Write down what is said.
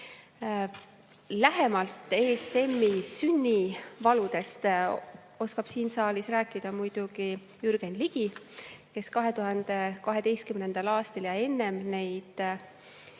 Lähemalt ESM-i sünnivaludest oskab siin saalis rääkida muidugi Jürgen Ligi, kes 2012. aastal ja enne neid